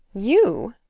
you?